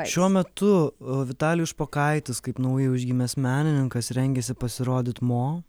šiuo metu vitalijus špokaitis kaip naujai užgimęs menininkas rengiasi pasirodyt mo